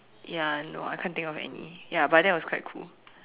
ya no I can't think of any ya but that was quite cool